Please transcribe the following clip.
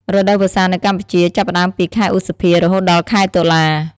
រដូវវស្សានៅកម្ពុជាចាប់ផ្ដើមពី ខែឧសភា រហូតដល់ ខែតុលា។